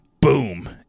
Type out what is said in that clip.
Boom